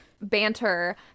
banter